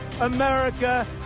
America